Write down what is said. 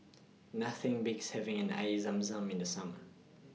Nothing Beats having An Air Zam Zam in The Summer